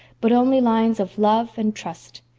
but only lines of love and trust.